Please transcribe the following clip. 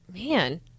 Man